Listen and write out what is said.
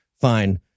fine